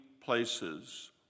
places